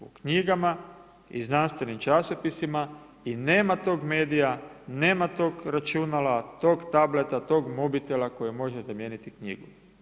U knjigama i znanstvenim časopisima i nema tog medija, nema tog računala, tog tableta, tog mobitela koji može zamijeniti knjigu.